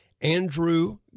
Andrew